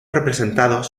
representados